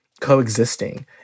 coexisting